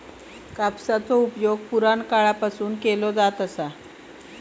कापसाचो उपयोग पुराणकाळापासून केलो जाता हा